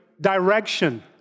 Direction